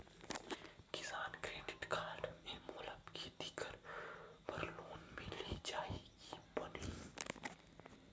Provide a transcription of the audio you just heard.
किसान credit card से मोला खेती करे बर लोन मिल जाहि की बनही??